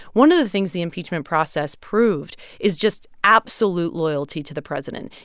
one of the things the impeachment process proved is just absolute loyalty to the president.